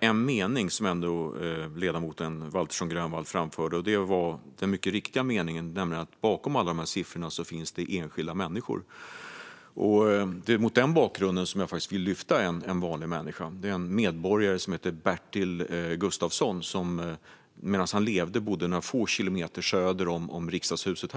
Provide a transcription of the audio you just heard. en mening som ledamoten Waltersson Grönvall framförde och som är mycket riktig, nämligen att det bakom alla siffror finns enskilda människor. Mot denna bakgrund vill jag lyfta upp en vanlig människa, en medborgare som hette Bertil Gustafsson och som, medan han levde, bodde några få kilometer söder om riksdagshuset.